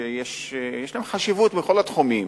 שיש להן חשיבות בכל התחומים,